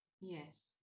yes